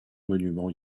monument